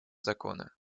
закона